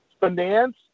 Finance